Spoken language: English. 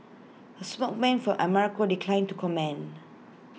A spokesman for America declined to comment